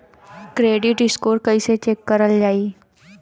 Credit score कइसे check करल जायी?